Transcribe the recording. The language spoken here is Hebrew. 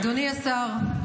אדוני השר,